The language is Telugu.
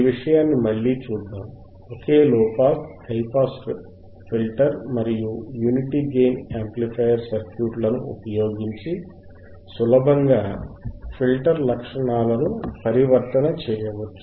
ఈ విషయాన్ని మళ్ళీ చూద్దాం ఒకే లోపాస్ హైపాస్ ఫిల్టర్ మరియు యూనిటీ గెయిన్ యాంప్లిఫైయర్ సర్క్యూట్ లను ఉపయోగించి సులభంగా ఫిల్టర్ లక్షణాలను పరివర్తన చేయవచ్చు